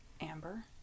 Amber